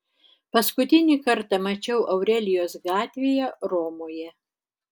paskutinį kartą mačiau aurelijos gatvėje romoje